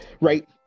right